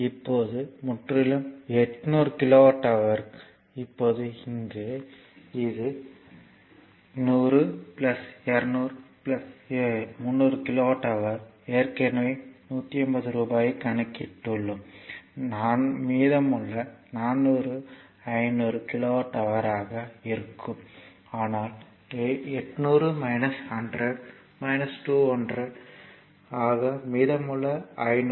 இப்போது முற்றிலும் 800 kilowatt hour இப்போது இங்கே இது 100 200 300 கிலோவாட் ஹவர் ஏற்கனவே 150 ரூபாயைக் கணக்கிட்டுள்ளோம் 400 மீதமுள்ளவை 500 கிலோவாட் ஹவர்யாக இருக்கும் ஆனால் 800 100 200 ஆக மீதமுள்ள 500